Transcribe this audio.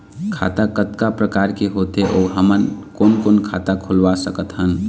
खाता कतका प्रकार के होथे अऊ हमन कोन कोन खाता खुलवा सकत हन?